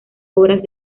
obras